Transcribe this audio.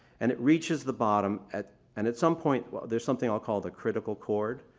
and it reaches the bottom at and at some point, there's something i'll call the critical chord,